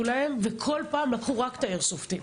להם וכל פעם לקחו רק את האיירסופטים.